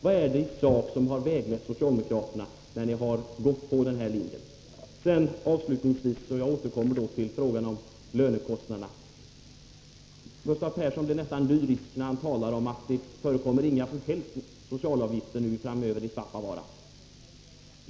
Vad är det i sak som har väglett socialdemokraterna när de har gått på den här linjen? Avslutningsvis återkommer jag till frågan om lönekostnaderna. Gustav Persson blir nästan lyrisk när han säger att det inte förekommer några som helst socialavgifter framöver i Svappavaara.